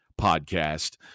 podcast